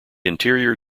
interior